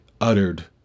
uttered